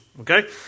Okay